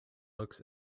looks